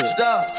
Stop